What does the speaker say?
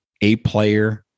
A-player